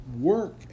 work